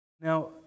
Now